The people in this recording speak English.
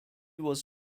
was